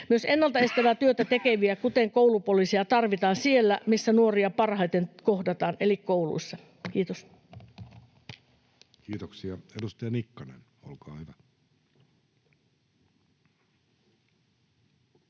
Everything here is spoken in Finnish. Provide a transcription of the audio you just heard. Myös ennaltaestävää työtä tekeviä, kuten koulupoliisia, tarvitaan siellä, missä nuoria parhaiten kohdataan, eli kouluissa. — Kiitos. [Speech 455] Speaker: